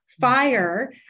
fire